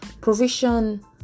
provision